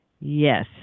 Yes